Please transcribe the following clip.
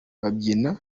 babyina